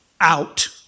out